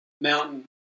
Mountain